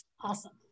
Awesome